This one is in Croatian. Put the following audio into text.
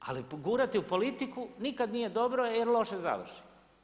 Ali gurati u politiku nikada nije dobro, jer loše završi.